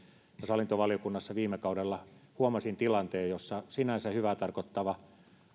hallintovaliokunnassa viime kaudella huomasin tilanteen jossa sinänsä hyvää tarkoittava